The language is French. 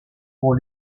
pour